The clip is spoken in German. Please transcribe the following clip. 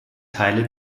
teile